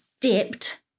dipped